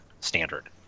standard